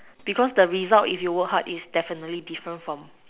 because the result if you work hard is definitely different from